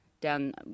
down